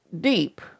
deep